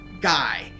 guy